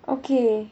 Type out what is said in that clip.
okay